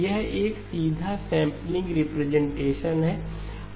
यह एक सीधा सेंपलिंग रिप्रेजेंटेशन है